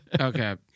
Okay